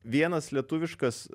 vienas lietuviškas